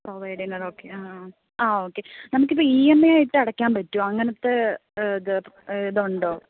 provide ചെയ്യുന്നത് okay ആ ആ ആ ആ ഓക്കെ നമുക്ക് ഇപ്പം ഇ എം ഐ ആയിട്ട് അടക്കാൻ പറ്റുമോ അങ്ങനത്തെ ഇത് ഇതുണ്ടോ